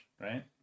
right